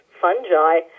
fungi